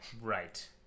Right